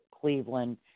Cleveland